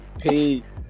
Peace